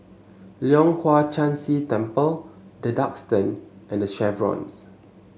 Leong Hwa Chan Si Temple The Duxton and The Chevrons